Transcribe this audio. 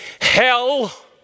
hell